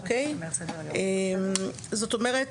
זאת אומרת